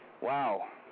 Wow